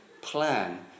plan